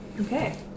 okay